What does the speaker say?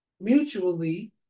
mutually